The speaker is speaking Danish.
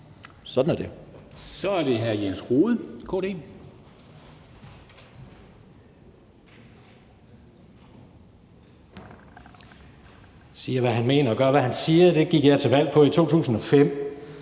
Rohde, KD. Kl. 15:18 Jens Rohde (KD): Siger, hvad han mener, og gør, hvad han siger – det gik jeg til valg på i 2005.